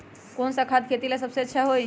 कौन सा खाद खेती ला सबसे अच्छा होई?